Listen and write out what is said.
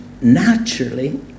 naturally